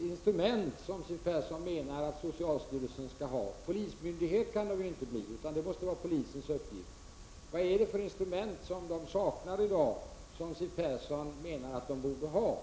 instrument som Siw Persson menar att socialstyrelsen skall ha. Polismyndighet kan den inte bli — för det ändamålet har vi polisen. Vilka instrument är det som socialstyrelsen saknar i dag, men som Siw Persson menar att socialstyrelsen borde ha?